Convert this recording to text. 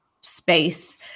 space